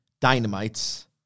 Dynamite's